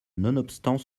nonobstant